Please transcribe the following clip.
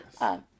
Yes